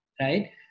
Right